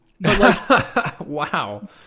Wow